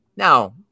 Now